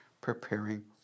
preparing